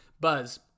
buzz